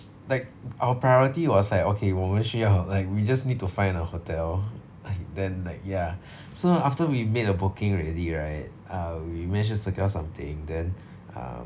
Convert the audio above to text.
like our priority was like okay 我们需要 like we just need to find a hotel and then like ya so after we made a booking already right uh we managed to secure something then uh